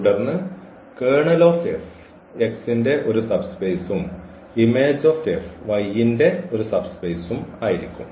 തുടർന്ന് kernel of F X ന്റെ ഒരു സബ് സ്പേസും ഇമേജ് ഓഫ് F Y ന്റെ ഒരു സബ് സ്പേസും ആണ്